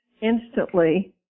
instantly